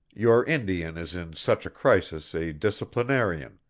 your indian is in such a crisis a disciplinarian,